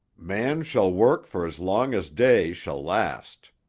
man shall work for as long as day shall last.